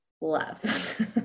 love